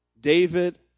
david